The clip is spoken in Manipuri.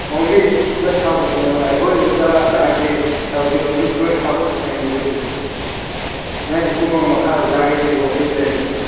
ꯑꯣꯟꯂꯤ ꯒꯦꯁ ꯍꯥꯎꯁ ꯈꯛꯇꯅꯦꯕ ꯑꯩꯈꯣꯏꯗꯨꯗ ꯍꯥꯏꯕꯗꯤ ꯇꯧꯗꯦ ꯑꯣꯟꯂꯤ ꯒꯦꯁ ꯍꯥꯎꯁ ꯈꯛꯇꯅꯦꯕ ꯑꯩꯈꯣꯏꯗꯨꯗꯤ ꯅꯣꯏꯅ ꯀꯨꯝꯂꯒ ꯃꯈꯥꯗ ꯆꯥꯒꯦꯗꯤ ꯍꯣꯇꯦꯜ ꯂꯩꯌꯦꯕ